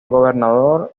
gobernador